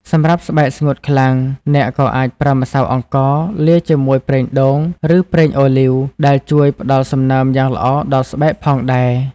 សម្រាប់ស្បែកស្ងួតខ្លាំង អ្នកក៏អាចប្រើម្សៅអង្ករលាយជាមួយប្រេងដូង ឬប្រេងអូលីវ ដែលជួយផ្ដល់សំណើមយ៉ាងល្អដល់ស្បែកផងដែរ។